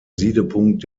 siedepunkt